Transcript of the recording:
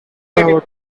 one